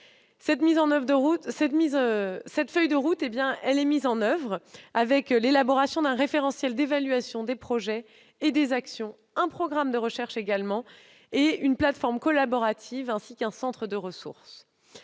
Cette feuille de route prévoit l'élaboration d'un référentiel d'évaluation des projets et des actions, un programme de recherche, une plateforme collaborative, ainsi qu'un centre de ressources.